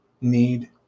need